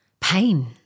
pain